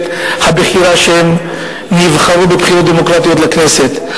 הבחירה שהם נבחרו בבחירות דמוקרטיות לכנסת.